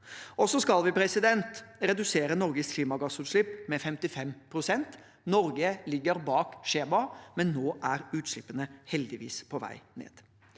Så skal vi redusere Norges klimagassutslipp med 55 pst. Norge ligger bak skjemaet, men nå er utslippene heldigvis på vei ned.